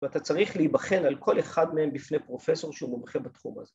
‫ואתה צריך להיבחן על כל אחד מהם ‫בפני פרופסור שהוא מומחה בתחום הזה.